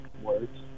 words